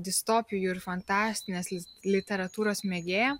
distopijų ir fantastinės literatūros mėgėja